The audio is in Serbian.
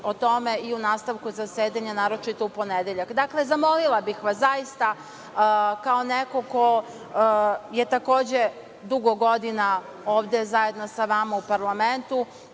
o tome i u nastavku zasedanja, naročito u ponedeljak. Dakle, zamolila bih vas, zaista, kao neko ko je takođe dugo godina ovde zajedno sa vama u parlamentu,